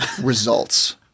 results